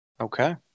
Okay